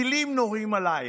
טילים נורים עליך,